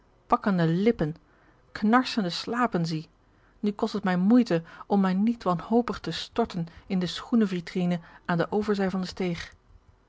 pakkende lippen knarsende slapen zie nu kost het mij moeite om mij niet wanhopig te storten in de schoenenvitrine aan de overzij van de steeg